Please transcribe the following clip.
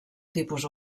tipus